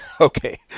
Okay